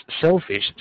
selfish